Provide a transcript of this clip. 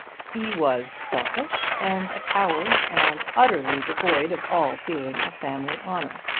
he was selfish, and a coward, and utterly devoid of all feeling of family honour.